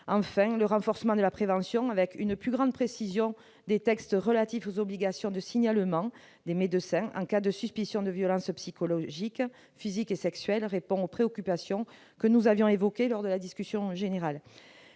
Enfin, le renforcement de la prévention grâce à une plus grande précision des textes relatifs aux obligations de signalement des médecins en cas de suspicion de violences psychologiques, physiques et sexuelles, répond aux préoccupations que nous avions évoquées lors de la discussion générale.